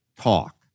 talk